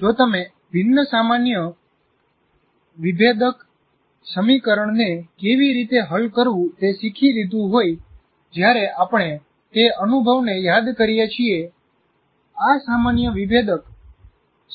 જો તમે ભિન્ન સામાન્ય વિભેદક સમીકરણને કેવી રીતે હલ કરવું તે શીખી લીધું હોય જ્યારે આપણે તે અનુભવને યાદ કરીએ છીએ આ સામાન્ય વિભેદક